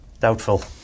Doubtful